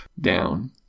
down